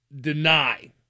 deny